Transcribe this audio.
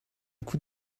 coup